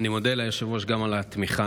אני מודה ליושב-ראש גם על התמיכה.